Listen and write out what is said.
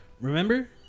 Remember